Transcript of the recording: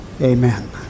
Amen